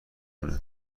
مونه